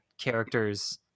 characters